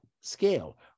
scale